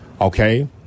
Okay